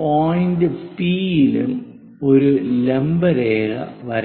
point P ലും ഒരു ലംബ രേഖ വരയ്ക്കണം